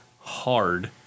hard